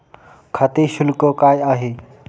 खाते शुल्क काय आहे?